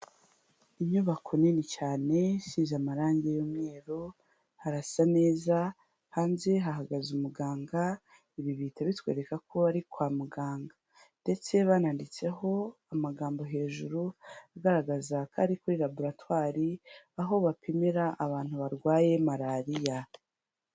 Inyubako nini cyane isize amarange y'umweru harasa neza, hanze hahagaze umuganga ibi bihita bitwereka ko bari kwa muganga ndetse bananditseho amagambo hejuru agaragaza ko ari kuri laburatwari aho bapimira abantu barwaye Malariya.